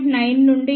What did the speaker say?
9 నుండి 8